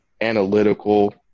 analytical